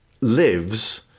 lives